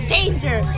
Danger